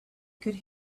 could